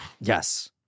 Yes